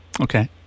Okay